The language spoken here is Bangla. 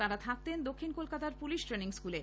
তাঁরা থাকতেন দক্ষিণ কলকাতার পুলিশ ট্রেনিং স্কুলে